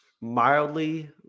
mildly